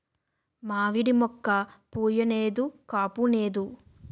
మావిడి మోక్క పుయ్ నేదు కాపూనేదు